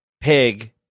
Pig